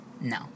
No